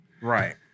Right